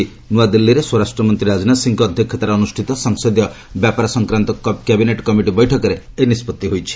ଆଜି ନୂଆଦିଲ୍ଲୀରେ ସ୍ୱରାଷ୍ଟ୍ରମନ୍ତ୍ରୀ ରାଜନାଥ ସିଂଙ୍କ ଅଧ୍ୟକ୍ଷତାରେ ଅନୃଷ୍ଠିତ ସଂସଦୀୟ ବ୍ୟାପାର କ୍ୟାବିନେଟ କମିଟି ବୈଠକରେ ଏହି ନିଷ୍ପଭି ହୋଇଛି